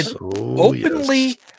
openly